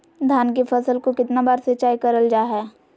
धान की फ़सल को कितना बार सिंचाई करल जा हाय?